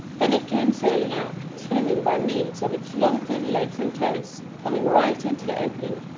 then it came sailing out, swimming by means of its long thin legs and toes, coming right into the opening,